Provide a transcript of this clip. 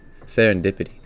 Serendipity